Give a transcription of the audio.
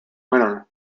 winner